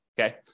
Okay